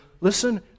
listen